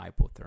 hypothermia